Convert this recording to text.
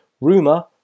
rumor